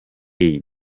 iyi